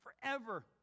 Forever